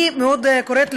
אני קוראת לכולם,